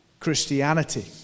Christianity